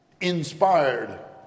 inspired